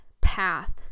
path